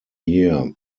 year